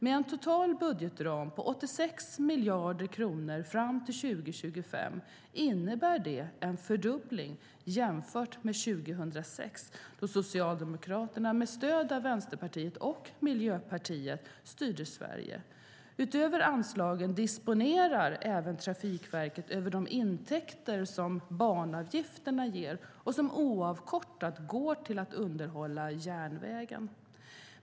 Med en total budgetram på 86 miljarder kronor fram till 2025 innebär det en fördubbling jämfört med 2006 då Socialdemokraterna, med stöd av Vänsterpartiet och Miljöpartiet, styrde Sverige. Utöver anslagen disponerar även Trafikverket över de intäkter som banavgifterna ger och som oavkortat går till att underhålla järnvägen.